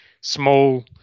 small